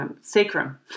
sacrum